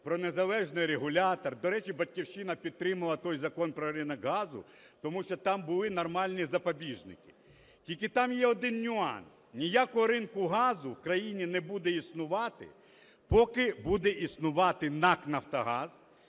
про незалежний регулятор. До речі, "Батьківщина" підтримала той Закон про ринок газу, тому що там були нормальні запобіжники. Тільки там є один нюанс: ніякого ринку газу в країні не буде існувати, поки буде існувати НАК "Нафтогаз",